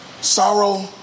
Sorrow